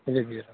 تُلِو بِہِو